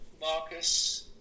Marcus